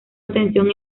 atención